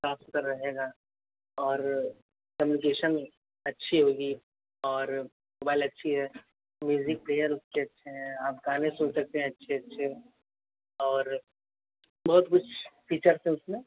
साफ सुथरा रहेगा और कम्युनिकेशन अच्छी होगी और मोबाइल अच्छी है म्यूज़िक प्लेयर उसके अच्छे हैं आप गाने सुन सकते हैं अच्छे अच्छे और बहुत कुछ फीचर्स हैं उसमें